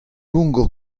lungo